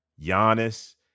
Giannis